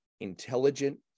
intelligent